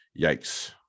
yikes